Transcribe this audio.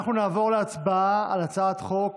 נעבור להצבעה על הצעת חוק